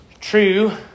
True